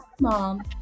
mom